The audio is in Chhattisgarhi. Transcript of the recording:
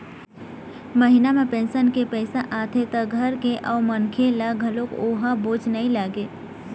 महिना म पेंशन के पइसा आथे त घर के अउ मनखे ल घलोक ओ ह बोझ नइ लागय